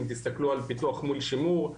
אם תסתכלו על פיתוח דמוי שימור,